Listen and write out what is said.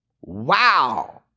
Wow